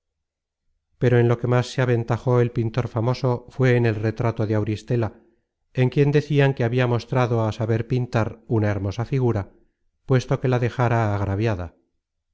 pero en lo que más se aventajó el pintor famoso fué en el retrato de auristela en quien decian se habia mostrado á saber pintar una hermosa figura puesto que la dejaba agraviada